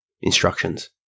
instructions